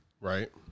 Right